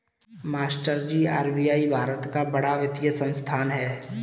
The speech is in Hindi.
मास्टरजी आर.बी.आई भारत का बड़ा वित्तीय संस्थान है